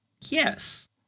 Yes